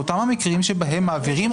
באותם המקרים שבהם מעבירים,